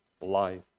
life